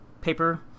paper